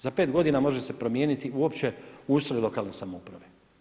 Za pet godina može se promijeniti uopće ustroj lokalne samouprave.